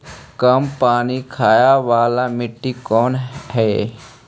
कम पानी खाय वाला मिट्टी कौन हइ?